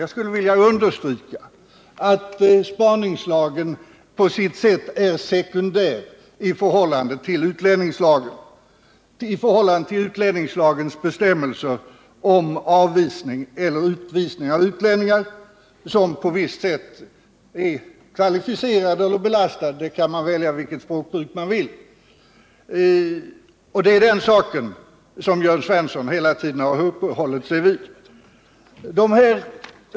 Jag skulle vilja understryka att spaningslagen på sitt sätt är sekundär i förhållande till utlänningslagens bestämmelser om avvisning eller utvisning av utlänning som på visst sätt är tillräckligt kvalificerad eller belastad — man kan välja vilket språkbruk man vill.